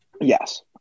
yes